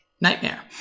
nightmare